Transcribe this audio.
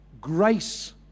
Grace